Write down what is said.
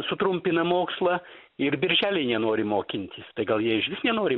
sutrumpina mokslą ir birželį nenori mokintis tai gal jie išvis nori